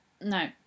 no